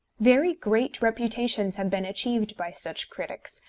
very great reputations have been achieved by such critics,